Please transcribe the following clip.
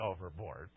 overboard